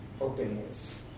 openness